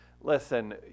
listen